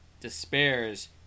despairs